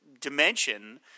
dimension